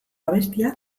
abestia